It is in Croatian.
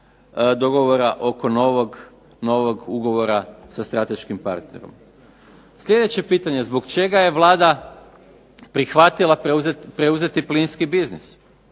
dogovora oko novog ugovora sa strateškim partnerom. Sljedeće pitanje, zbog čega je Vlada prihvatila preuzeti plinski biznis?